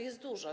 Jest dużo.